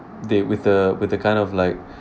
they with uh with a kind of like